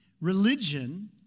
Religion